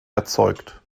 erzeugt